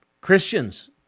Christians